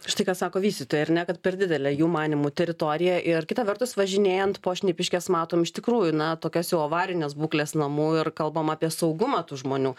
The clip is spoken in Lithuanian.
štai ką sako vystytojai ar ne kad per didelė jų manymu teritorija ir kita vertus važinėjant po šnipiškes matom iš tikrųjų na tokias jau avarinės būklės namų ir kalbam apie saugumą tų žmonių